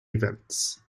events